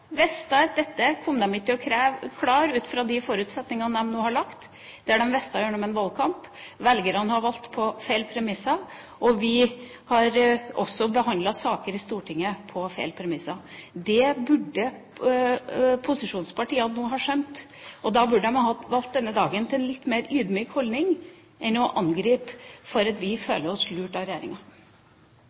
dette kom de ikke til å klare ut fra de forutsetningene de hadde lagt, det visste de i valgkampen. Velgerne har valgt på feil premisser, og vi har også behandlet saker i Stortinget på feil premisser. Det burde posisjonspartiene nå ha skjønt. Da burde de valgt denne dagen til å innta en litt mer ydmyk holdning enn å angripe oss for at vi føler oss lurt av regjeringa.